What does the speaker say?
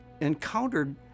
encountered